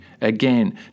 Again